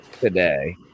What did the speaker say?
today